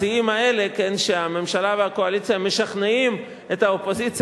השיאים האלה שהממשלה והקואליציה משכנעות את האופוזיציה